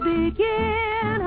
begin